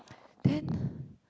then